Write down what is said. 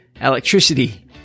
electricity